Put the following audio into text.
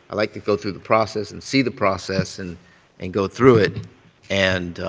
i like to go through the process, and see the process and and go through it and